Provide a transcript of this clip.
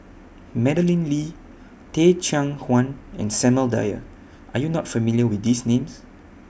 Madeleine Lee Teh Cheang Wan and Samuel Dyer Are YOU not familiar with These Names